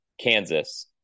Kansas